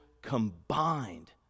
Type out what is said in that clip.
combined